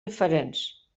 diferents